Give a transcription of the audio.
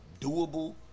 doable